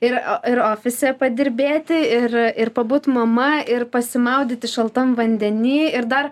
ir ir ofise padirbėti ir ir pabūt mama ir pasimaudyti šaltam vandeny ir dar